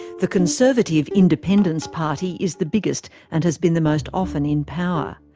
the conservative independence party is the biggest and has been the most often in power.